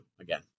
again